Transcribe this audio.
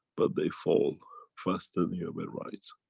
but they fall faster than you ever rise.